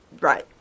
right